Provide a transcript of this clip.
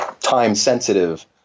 time-sensitive